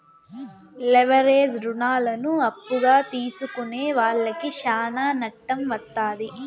leverage రుణాలను అప్పుగా తీసుకునే వాళ్లకి శ్యానా నట్టం వత్తాది